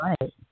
right